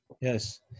Yes